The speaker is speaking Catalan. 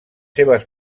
seves